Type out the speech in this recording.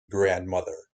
grandmother